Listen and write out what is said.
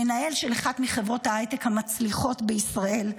מנהל של אחת מחברות ההייטק המצליחות בישראל,